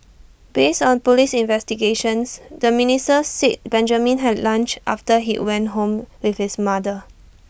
based on Police investigations the minister said Benjamin had lunch after he went home with his mother